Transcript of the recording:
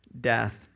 death